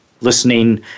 listening